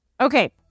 Okay